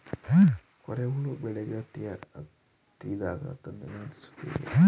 ಕೋರೆ ಹುಳು ಬೆಳೆಗೆ ಹತ್ತಿದಾಗ ಅದನ್ನು ನಿಯಂತ್ರಿಸುವುದು ಹೇಗೆ?